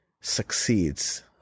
succeeds